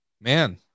man